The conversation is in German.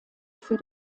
für